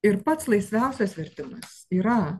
ir pats laisviausias vertimas yra